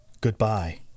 goodbye